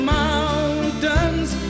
mountains